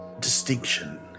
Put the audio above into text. distinction